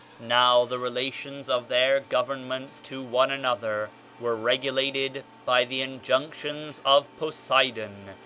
now, the relations of their governments to one another were regulated by the injunctions of poseidon,